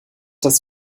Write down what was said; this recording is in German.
das